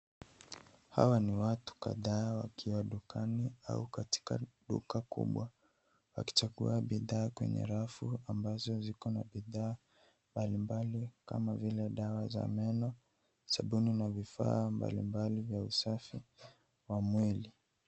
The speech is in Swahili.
Hawa ni watu kadhaa wakiadikana au katika duka kubwa wakichagua bidhaa kwenye rafu ambazo ziko na bidhaa mbalimbali kama vile dawa za meno, sabuni na vifaa mbalimbali vya usafi wa mwili.